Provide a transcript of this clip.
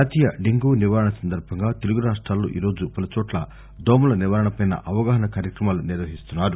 జాతీయ దెంగ్యూ నివారణ సందర్భంగా తెలుగు రాష్ట్రాల్లో ఈ రోజు పలు చోట్ల దోమల నివారణపై అవగాహన కార్యక్రమాలు నిర్వహిస్తున్నారు